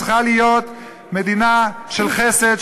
צריכה להיות מדינה של חסד,